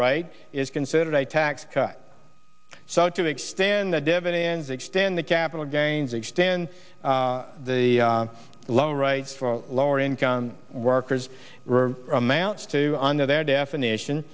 right is considered a tax cut so to extend the dividends extend the capital gains extend the lower right for lower income workers amounts to under their definition